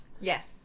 Yes